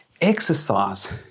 Exercise